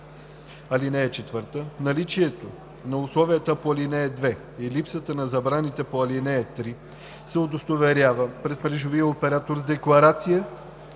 (4) Наличието на условията по ал. 2 и липсата на забраните по ал. 3 се удостоверява пред мрежовия оператор с декларация